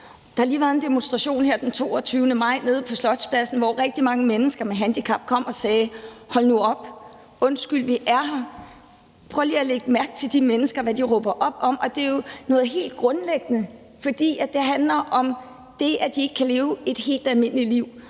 22. maj lige været en demonstration nede på Slotspladsen, hvor rigtig mange mennesker med handicap kom og sagde: Hold nu op, undskyld, vi er her. Prøv lige at lægge mærke til de mennesker, og hvad de råber op om, og det er jo noget helt grundlæggende. For det handler om det, at de ikke kan leve et helt almindeligt liv,